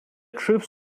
troops